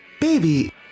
Baby